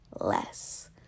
less